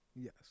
Yes